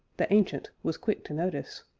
the ancient was quick to notice.